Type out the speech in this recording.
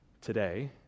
today